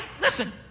listen